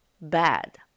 bad